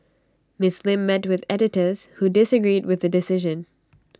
miss Lim met with editors who disagreed with the decision